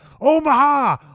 Omaha